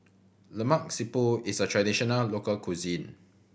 Lemak Siput is a traditional local cuisine